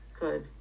Good